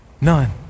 None